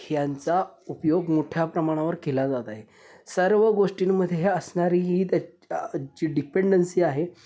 ह्यांचा उपयोग मोठ्या प्रमाणावर केला जात आहे सर्व गोष्टींमध्ये हे असणारी ही त्या जी डिपेंडन्सी आहे